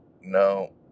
no